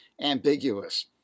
ambiguous